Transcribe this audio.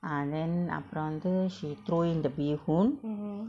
ah then after the prawn she throw in the bee hoon